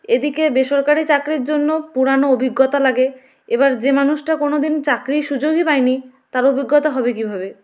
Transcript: এদিকে বেসরকারি চাকরির জন্য পুরনো অভিজ্ঞতা লাগে এবার যে মানুষটা কোনও দিন চাকরির সুযোগই পায়নি তার অভিজ্ঞতা হবে কীভাবে